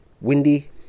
windy